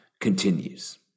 continues